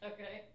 Okay